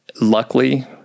Luckily